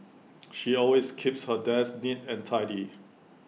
she always keeps her desk neat and tidy